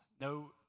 No